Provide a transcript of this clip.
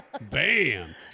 Bam